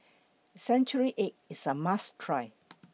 Century Egg IS A must Try